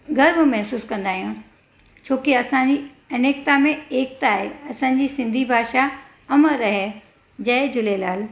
गर्व महसूस कंदा आहियूं छो की असांजी अनेकता में एकता आहे असांजी सिंधी भाषा अमर रहे जय झूलेलाल